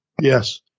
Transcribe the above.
Yes